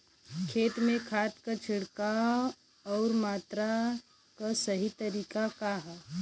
खेत में खाद क छिड़काव अउर मात्रा क सही तरीका का ह?